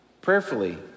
Prayerfully